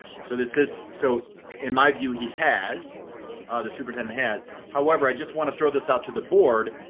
so this is so in my view he has the super tendon has. however i just want to throw this out to the board.